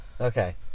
okay